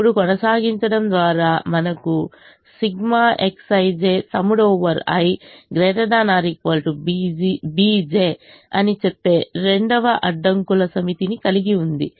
ఇప్పుడుకొనసాగించడం ద్వారా మనకు ∑i Xij ≥ bj అని చెప్పే రెండవ అడ్డంకుల సమితిని కలిగి ఉంది